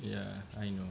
yeah I know